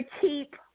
keep